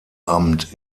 amt